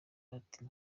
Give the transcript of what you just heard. bati